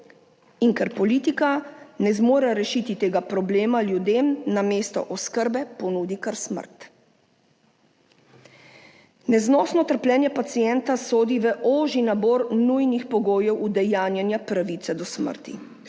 in ker politika ne zmore rešiti tega problema, ljudem namesto oskrbe ponudi kar smrt. Neznosno trpljenje pacienta sodi v ožji nabor nujnih pogojev udejanjanja pravice do smrti.